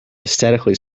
aesthetically